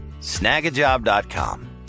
Snagajob.com